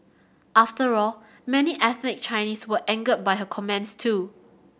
after all many ethnic Chinese were angered by her comments too